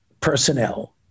personnel